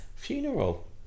funeral